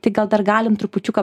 tai tik gal dar galim trupučiuką